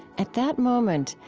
at that moment,